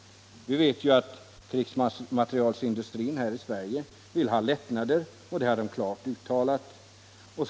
Vi vet att krigsmaterielindustrin här i Sverige vill ha lättnader. Det är ett klart uttalat önskemål.